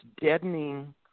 deadening